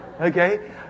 Okay